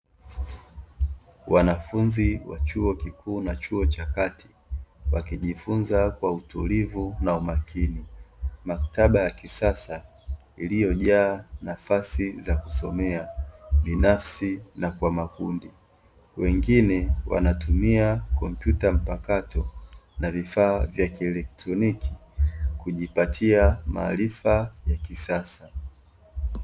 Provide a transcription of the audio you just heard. Wanafunzi wa chuo kikuu na chuo cha kati wakijifunza kwa utulivu na umakini. Maktaba ya kisasa iliyojaa nafasi za kusomea binafsi kwa makundi, wengine wanatumia kompyuta mpakato na vifaa vya kielekitroniki kujipatia maarifa ya kisasa.